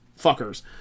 fuckers